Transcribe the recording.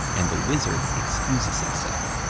and the wizard excuses himself.